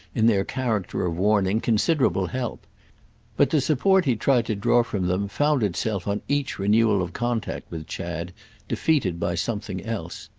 in their character of warning, considerable help but the support he tried to draw from them found itself on each renewal of contact with chad defeated by something else.